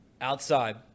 Outside